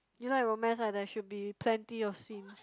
you like romance right there should be plenty of scenes